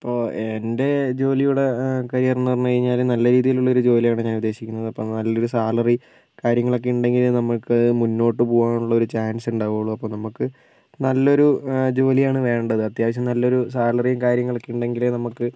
ഇപ്പോൾ എൻ്റെ ജോലിയുടെ കരിയർന്ന് പറഞ്ഞു കഴിഞ്ഞാൽ നല്ല രീതിയിലുള്ള ഒരു ജോലിയാണ് ഞാൻ ഉദ്ദേശിക്കുന്നത് അപ്പോൾ നല്ലൊരു സാലറി കാര്യങ്ങളൊക്കെ ഉണ്ടെങ്കിലെ നമുക്ക് അത് മുന്നോട്ടു പോവനുള്ളൊരു ഒരു ചാൻസ് ഉണ്ടാവുകയുള്ളൂ അപ്പോൾ നമുക്ക് നല്ലൊരു ജോലിയാണ് വേണ്ടത് അത്യാവശ്യം നല്ലൊരു സാലറിയും കാര്യങ്ങളൊക്കെ ഉണ്ടെങ്കിലെ നമുക്ക്